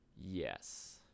yes